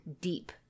deep